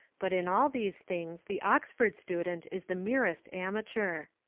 but in all these things the oxford student is the merest amateur.